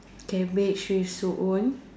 cabbage with soup